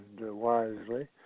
wisely